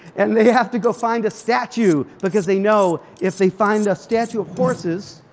and they have to go find a statue because they know if they find a statue of horses,